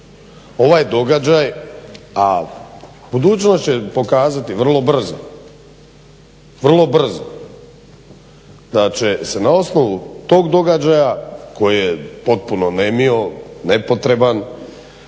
ovaj događaj a budućnost će pokazati vrlo brzo da će se na osnovu tog događaja koji je potpuno nemio, nepotreban